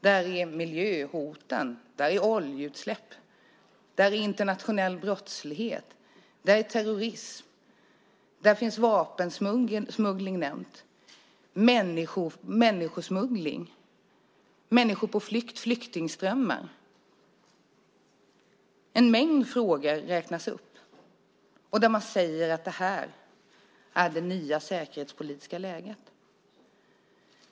Där nämns miljöhoten, oljeutsläpp, internationell brottslighet, terrorism, vapensmuggling, människosmuggling, människor på flykt, flyktingströmmar. En mängd frågor räknas upp, och man säger att detta är det nya säkerhetspolitiska läget.